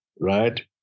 right